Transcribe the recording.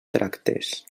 tractes